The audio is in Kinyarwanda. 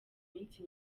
minsi